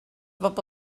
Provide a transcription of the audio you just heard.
bobl